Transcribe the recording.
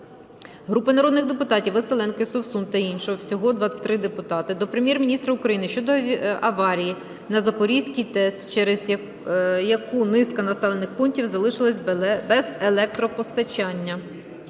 Групи народних депутатів (Василенко, Совсун та інших. Всього 23 депутати) до Прем'єр-міністра України щодо аварії на Запорізькій ТЕС, через яку низка населених пунктів залишились без електропостачання.